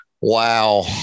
Wow